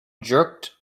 jerked